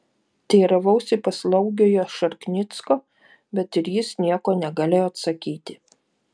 teiravausi paslaugiojo šarknicko bet ir jis nieko negalėjo atsakyti